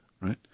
right